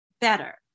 better